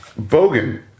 Bogan